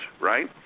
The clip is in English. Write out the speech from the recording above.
right